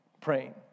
praying